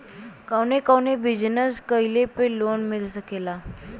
कवने कवने बिजनेस कइले पर लोन मिल सकेला?